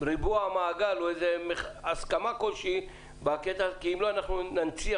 להגיע לריבוע מעגל או הסכמה כלשהי כי אם לא אנחנו ננציח